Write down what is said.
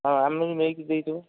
ହଁ ଆମେ ବି ନେଇକି ଦେଇଦେବୁ